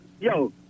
Yo